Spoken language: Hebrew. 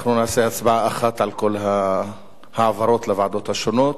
אנחנו נעשה הצבעה אחת על כל ההעברות לוועדות השונות.